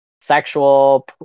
sexual